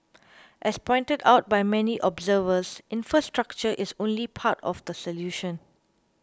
as pointed out by many observers infrastructure is only part of the solution